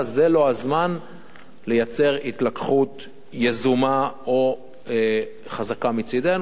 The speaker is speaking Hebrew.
זה לא הזמן לייצר התלקחות יזומה או חזקה מצדנו.